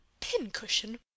pincushion